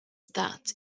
that